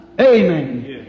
Amen